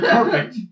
perfect